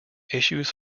issues